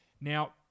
Now